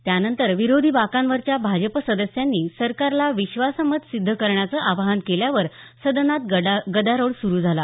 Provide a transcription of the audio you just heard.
त्यानंतर विरोधी बाकांवरच्या भाजप सदस्यांनी सरकारला विश्वासमत सिद्ध करण्याचं आवाहन केल्यावर सदनात गदारोळ सुरू झाला